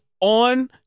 on